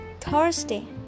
Thursday